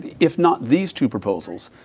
if not these two proposals,